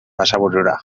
basaburura